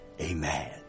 Amen